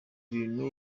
bintu